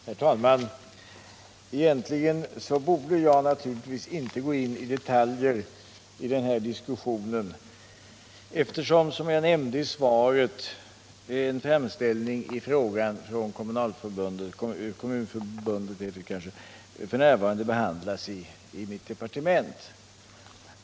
Herr talman! Egentligen borde jag naturligtvis inte gå in på detaljer i den här diskussionen, eftersom, som jag nämnde i svaret, en framställning i frågan från kommunalförbundet f. n. behandlas i mitt departement.